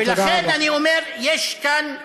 ולכן אני אומר שיש כאן "עליהום"